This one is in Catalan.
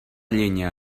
llenya